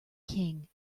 king